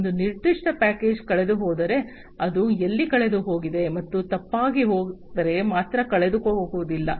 ಒಂದು ನಿರ್ದಿಷ್ಟ ಪ್ಯಾಕೇಜ್ ಕಳೆದುಹೋದರೆ ಅದು ಎಲ್ಲಿ ಕಳೆದುಹೋಗಿದೆ ಅದು ತಪ್ಪಾಗಿ ಹೋದರೆ ಮಾತ್ರ ಕಳೆದುಹೋಗುವುದಿಲ್ಲ